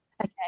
Okay